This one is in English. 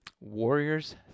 Warriors